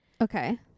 Okay